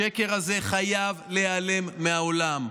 השקר הזה חייב להיעלם מהעולם.